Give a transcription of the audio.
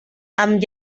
amb